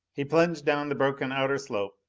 he plunged down the broken outer slope,